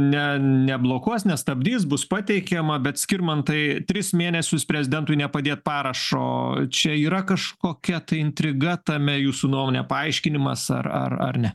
ne neblokuos nestabdys bus pateikiama bet skirmantai tris mėnesius prezidentui nepadėt parašo čia yra kažkokia tai intriga tame jūsų nuomone paaiškinimas ar ar ar ne